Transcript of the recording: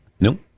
No